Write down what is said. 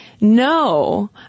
no